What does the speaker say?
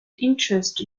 interest